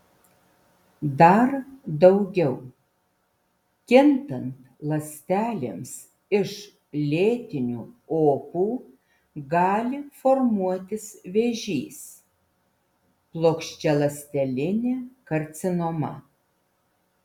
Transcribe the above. dar daugiau kintant ląstelėms iš lėtinių opų gali formuotis vėžys plokščialąstelinė karcinoma